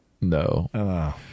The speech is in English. No